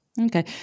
Okay